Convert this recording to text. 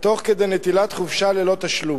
תוך כדי נטילת חופשה ללא תשלום.